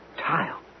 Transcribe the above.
Tile